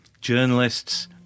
Journalists